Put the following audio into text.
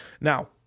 now